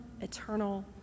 eternal